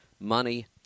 money